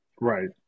Right